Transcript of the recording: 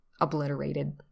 obliterated